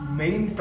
main